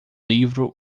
livro